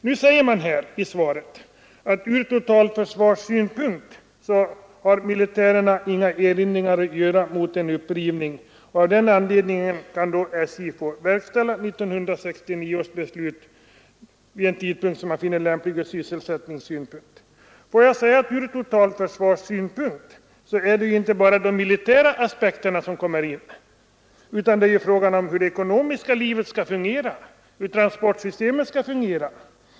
Nu sägs det i svaret att militären ur totalförsvarssynpunkt inte har några erinringar att göra mot en upprivning, och av den anledningen kan SJ få verkställa 1969 års beslut vid en tidpunkt som man finner lämplig ur sysselsättningssynpunkt. När det gäller totalförsvaret är det inte bara de militära aspekterna som kommer in. Det är också fråga om hur det ekonomiska livet och transportsystemet skall fungera.